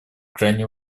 крайне